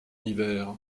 hiver